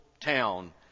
town